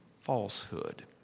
falsehood